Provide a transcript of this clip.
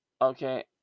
Okay